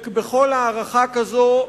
בכל הארכה כזו,